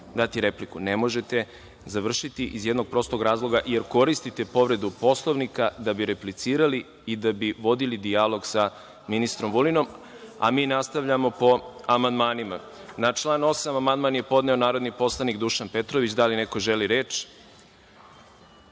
možete završiti iz jednog prostog razloga, jer koristite povredu Poslovnika da bi replicirali i da bi vodili dijalog sa ministrom Vulinom, a mi nastavljamo po amandmanima. Na član 8. amandman je podneo narodni poslanik Dušan Petrović. Da li neko želi reč?